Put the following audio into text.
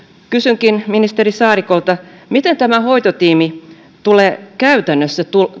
kysynkin ministeri saarikolta miten tämä hoitotiimi tulee käytännössä